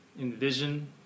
envision